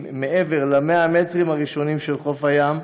מעבר ל-100 המטרים הראשונים של חוף הים,